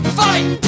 fight